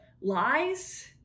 lies